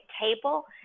table